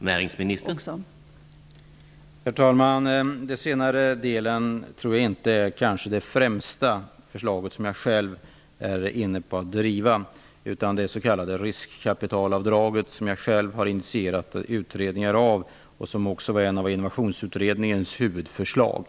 Herr talman! Det senare förslaget är inte det som jag själv främst är inställd på att driva. Det som jag främst vill driva är i stället det s.k. riskkapitalavdraget, som jag själv har initierat utredningar av. Det var också ett av Innovationsutredningens huvudförslag.